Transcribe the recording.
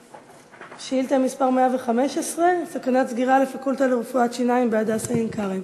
שאילתה מס' 115: סכנת סגירה לפקולטה לרפואת שיניים ב"הדסה עין-כרם".